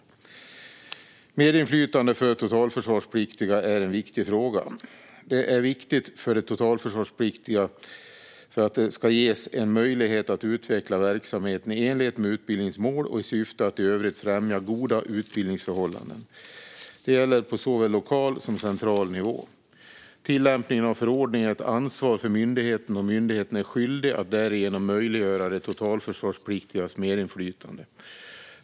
Medinflytande för de totalförsvarspliktiga är en viktig fråga. Den är viktig för att de totalförsvarspliktiga ska ges en möjlighet att utveckla verksamheten i enlighet med utbildningens mål och i syfte att i övrigt främja goda utbildningsförhållanden. Detta gäller på såväl lokal som central nivå. Tillämpningen av förordningen är ett ansvar för myndigheten, och myndigheten är skyldig att därigenom möjliggöra de totalförsvarspliktigas medinflytande.